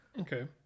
Okay